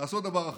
לעשות דבר אחד,